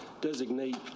designate